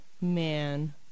Man